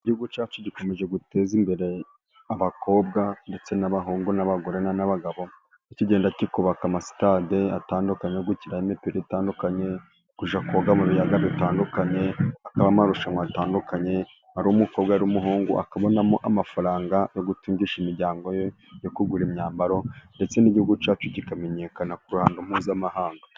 Igihugu cyacu gikomeje guteza imbere abakobwa. Ndetse n'abahungu, n'abagore, n'abagabo. Kgenda cyubaka amasitade atandukanye, yo gukiniramo imipira itandukanye. Kujya koga mu biyaga bitandukanye. Hakaba amarushanwa atandukanye, hari umukobwa n'umuhungu, akabonamo amafaranga yo gutungisha imiryango ye, yo kugura imyambaro. Ndetse n'igihugu cyacu, kikamenyekana ku ruhando mpuzamahanga.